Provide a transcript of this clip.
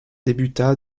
débuta